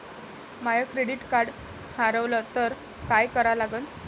माय credit card हारवलं तर काय करा लागन?